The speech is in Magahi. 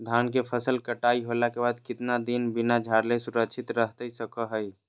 धान के फसल कटाई होला के बाद कितना दिन बिना झाड़ले सुरक्षित रहतई सको हय?